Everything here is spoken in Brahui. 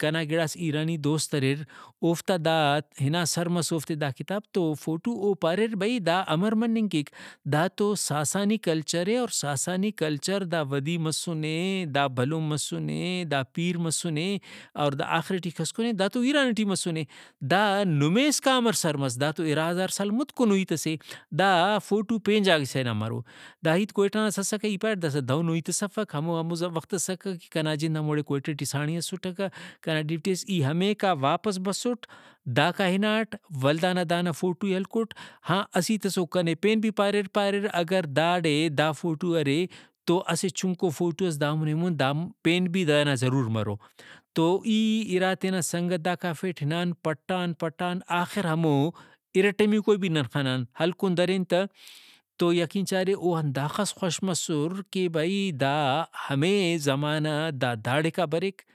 کنا گڑاس ایرانی دوست ارہر اوفتا داد ہنا سر مس اوفتے دا کتاب تو فوٹو او پاریر بھئی دا امر مننگ کیک دا تو ساسانی کلچرے اور ساسانی کلچر دا ودی مسُنے دا بھلن مسُنے دا پیر مسُنے اور دا آخر ٹی کہسکُنے دا تو ایران ٹی مسُنے دا نمے اسکا امر سر مس دا تو اِرا ہزار سال مُتکنو ہیت سے ۔دا فوٹو پین جاگہ سے نا مرو دا ہیت کوئٹہ ناس اسکہ ای پاریٹ داسہ دہنو ہیتس افک ہمو ہمو وخت اسکہ کہ کنا جند ہموڑے کوئٹہ ٹی ساڑی اسٹکہ کنا ڈیوٹی اس ای ہمیکا واپس بسُٹ داکا ہناٹ ولدانا دانا فوٹوئے ہلکُٹ ہاں اسہ ہیتس او کنے پین بھی پاریر پاریر اگر داڑے دا فوٹو ارے تو اسہ چُھنکو فوٹو ئس دامون ایمون دا پین بھی دانا ضرور مرو۔ تو ای اِرا تینا سنگت داکا ہرفیٹ ہنان پٹان پٹان آخر ہمو اِرٹمیکوئے بھی نن خنان ہلکُن درین تہ تو یقین چارے او ہنداخس خوش مسر کہ بھئی دا ہمے زمانہ دا داڑیکا بریک